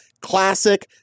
classic